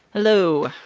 hello.